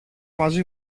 μαζί